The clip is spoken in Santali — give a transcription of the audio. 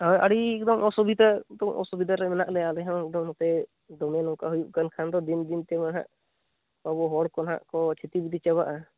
ᱟᱹᱰᱤ ᱮᱠᱫᱚᱢ ᱚᱥᱩᱵᱤᱫᱷᱟ ᱛᱚ ᱚᱥᱩᱵᱤᱫᱷᱟ ᱨᱮ ᱢᱮᱱᱟᱜ ᱞᱮᱭᱟ ᱟᱞᱮᱦᱚᱸ ᱮᱠᱫᱚᱢᱞᱮ ᱫᱚᱢᱮ ᱱᱚᱝᱠᱟ ᱦᱩᱭᱩᱜ ᱠᱟᱱᱠᱷᱟᱱ ᱫᱚ ᱫᱤᱱᱫᱤᱱᱛᱮ ᱢᱟᱦᱟᱜ ᱟᱵᱚ ᱦᱚᱲ ᱫᱚ ᱱᱟᱦᱟᱜ ᱠᱚ ᱪᱷᱤᱛᱤ ᱵᱤᱛᱤ ᱪᱟᱵᱟᱜᱼᱟ